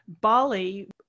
Bali